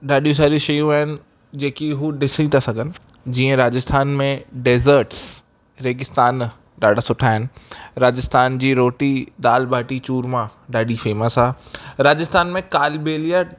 ॾाढी सारी शयूं आहिनि जेकी उहे ॾिसी था सघनि जीअं राजस्थान में डेज़र्टस रेगिस्तान डाढा सुठा आहिनि राजस्थान जी रोटी दालि बाटी चूरमा ॾाढी फेमस आहे राजस्थान में कालबेलिया